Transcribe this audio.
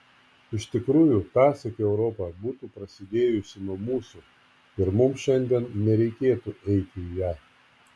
iš tikrųjų tąsyk europa būtų prasidėjusi nuo mūsų ir mums šiandien nereikėtų eiti į ją